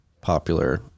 popular